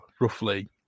Roughly